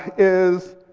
is,